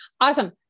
Awesome